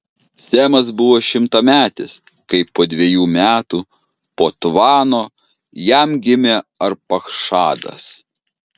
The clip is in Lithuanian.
semas buvo šimtametis kai po dvejų metų po tvano jam gimė arpachšadas